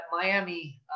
Miami